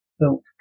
built